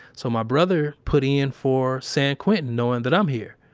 so my brother put in for san quentin knowing that i'm here.